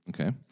Okay